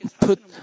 put